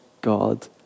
God